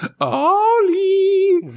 Ollie